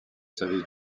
service